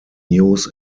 news